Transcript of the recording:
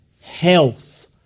health